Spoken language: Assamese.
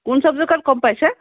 কোন চাব্জেক্টত কম পাইছে